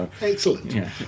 Excellent